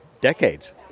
decades